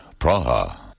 Praha